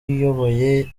iyoboye